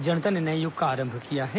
जनता ने नए युग का आरंभ किया है